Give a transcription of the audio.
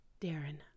Darren